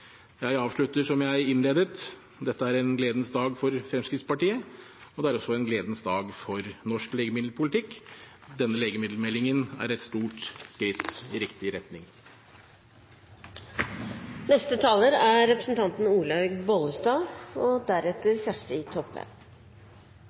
Jeg avslutter som jeg innledet: Dette er en gledens dag for Fremskrittspartiet, og det er også en gledens dag for norsk legemiddelpolitikk. Denne legemiddelmeldingen er et stort skritt i riktig